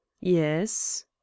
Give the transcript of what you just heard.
yes